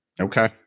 Okay